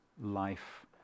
life